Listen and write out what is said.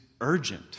Urgent